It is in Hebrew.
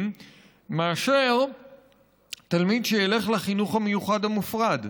מאשר תלמיד שילך לחינוך המיוחד המופרד.